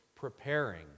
preparing